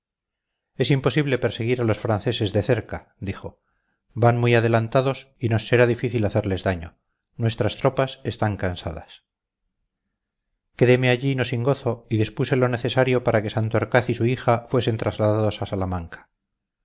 es imposible perseguir a los franceses de cerca dijo van muy adelantados y nos será difícil hacerles daño nuestras tropas están cansadas quedeme allí no sin gozo y dispuse lo necesario para que santorcaz y su hija fuesen trasladados a salamanca